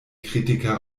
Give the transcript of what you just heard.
kritiker